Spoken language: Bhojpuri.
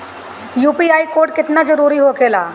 यू.पी.आई कोड केतना जरुरी होखेला?